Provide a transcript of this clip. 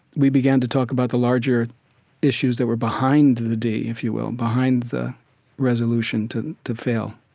we began to talk about the larger issues that were behind the d, if you will, behind the resolution to to fail.